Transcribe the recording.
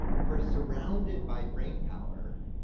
we're surrounded by brain power,